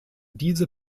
diese